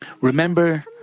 remember